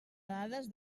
dades